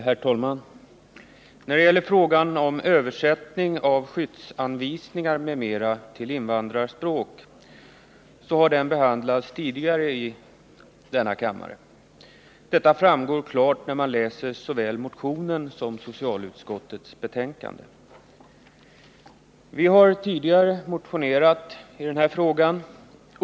Herr talman! Frågan om översättning av skyddsanvisningar m.m. till invandrarspråk har behandlats tidigare i denna kammare, vilket klart framgår när man läser såväl motionen som socialutskottets betänkande. Vi har tidigare motionerat i denna fråga.